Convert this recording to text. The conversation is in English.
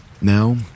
Now